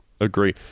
agree